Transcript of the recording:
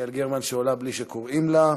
יעל גרמן, שעולה בלי שקוראים לה.